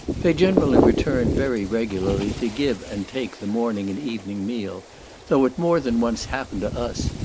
they generally return very regularly to give and take the morning and evening meal though it more than once happened to us,